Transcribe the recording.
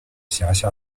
辖下